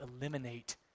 eliminate